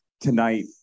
tonight